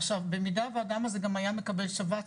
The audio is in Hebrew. עכשיו במידה והאדם הזה גם היה מקבל שבץ